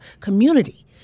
community